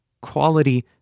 quality